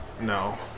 No